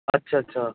ਅੱਛਾ ਅੱਛਾ